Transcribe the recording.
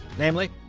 namely,